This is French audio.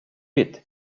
vite